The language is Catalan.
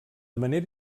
manera